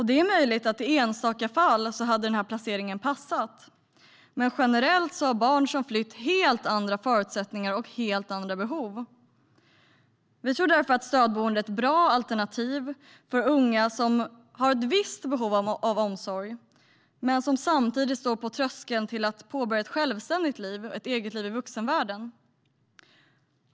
Det är möjligt att den placeringen passar i enstaka fall, men generellt har barn som flytt helt andra förutsättningar och helt andra behov. Vi tror därför att stödboende är ett bra alternativ för unga som har ett visst behov av omsorg men som samtidigt står på tröskeln till att påbörja ett självständigt liv, ett eget liv i vuxenvärlden.